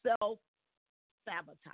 self-sabotage